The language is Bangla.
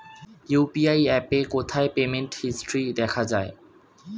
ইউ.পি.আই অ্যাপে কোথায় পেমেন্ট হিস্টরি দেখা যায়?